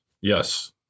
Yes